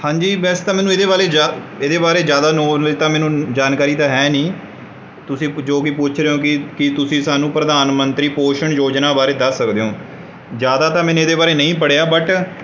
ਹਾਂਜੀ ਵੈਸੇ ਤਾਂ ਮੈਨੂੰ ਇਹਦੇ ਬਾਰੇ ਜ ਇਹਦੇ ਬਾਰੇ ਜ਼ਿਆਦਾ ਨੋਲੇਜ ਤਾਂ ਮੈਨੂੰ ਜਾਣਕਾਰੀ ਤਾਂ ਹੈ ਨਹੀਂ ਤੁਸੀਂ ਜੋ ਵੀ ਪੁੱਛ ਰਹੇ ਹੋ ਕਿ ਕੀ ਤੁਸੀਂ ਸਾਨੂੰ ਪ੍ਰਧਾਨ ਮੰਤਰੀ ਪੋਸ਼ਣ ਯੋਜਨਾ ਬਾਰੇ ਦੱਸ ਸਕਦੇ ਹੋ ਜ਼ਿਆਦਾ ਤਾਂ ਮੈਨੇ ਇਹਦੇ ਬਾਰੇ ਨਹੀਂ ਪੜ੍ਹਿਆ ਬਟ